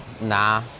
Nah